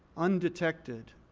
undetected,